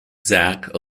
zak